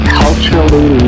culturally